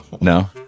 No